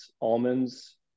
almonds